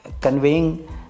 conveying